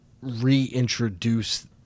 reintroduce